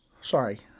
Sorry